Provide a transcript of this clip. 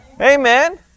Amen